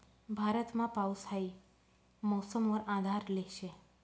भारतमा पाऊस हाई मौसम वर आधारले शे